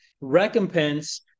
Recompense